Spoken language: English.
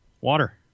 water